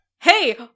hey